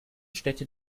städte